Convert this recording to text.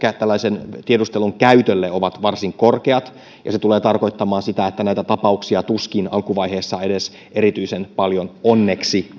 tällaisen tiedustelun käytölle ovat varsin korkeat ja se tulee tarkoittamaan sitä että näitä tapauksia tuskin alkuvaiheessa edes erityisen paljon onneksi